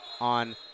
on